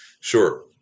Sure